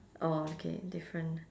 orh okay different